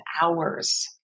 hours